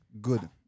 good